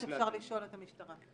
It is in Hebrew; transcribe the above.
--- אפשר לשאול את המשטרה.